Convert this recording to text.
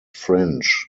fringe